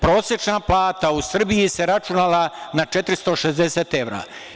Prosečna plata u Srbiji se računala na 460 evra.